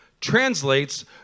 translates